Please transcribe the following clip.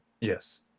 Yes